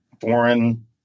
foreign